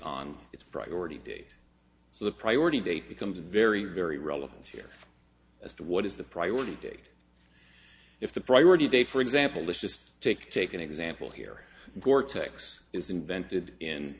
on its priority date so the priority date becomes a very very relevant here as to what is the priority date if the priority date for example let's just take take an example here cortex is invented in